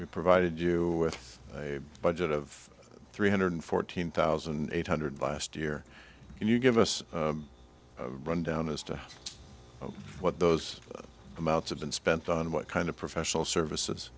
we provided you with a budget of three hundred fourteen thousand eight hundred last year can you give us a rundown as to what those amounts of been spent on what kind of professional services